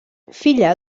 filla